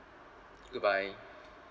good bye